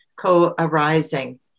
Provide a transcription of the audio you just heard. co-arising